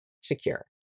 secure